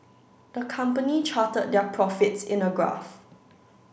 the company charted their profits in a graph